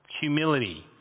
Humility